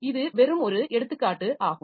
இது வெறும் ஒரு எடுத்துக்காட்டு ஆகும்